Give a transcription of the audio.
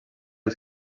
els